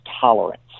tolerance